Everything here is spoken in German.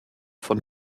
von